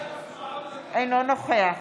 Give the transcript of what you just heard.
אינו נוכח